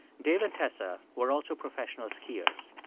dave and tessa were also professional skiers.